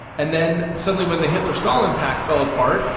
and then suddenly when the hitler-stalin pact fell apart,